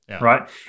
right